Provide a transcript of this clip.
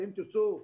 ואם תרצו,